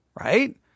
right